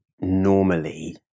normally